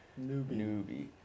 newbie